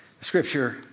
Scripture